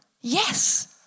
yes